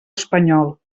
espanyol